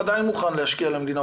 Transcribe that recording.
הוא עדיין מוכן להשקיע למדינה,